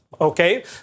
Okay